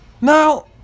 Now